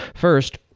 first,